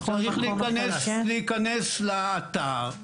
צריך להיכנס לאתר.